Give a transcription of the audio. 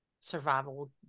survival